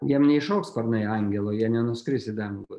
jiem neišaugs sparnai angelo jie nenuskris į dangų